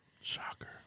Shocker